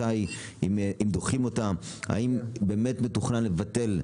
האם מתוכנן לבטל,